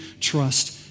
trust